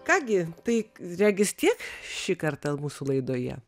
ką gi tai regis tiek šį kartą mūsų laidoje